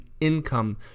income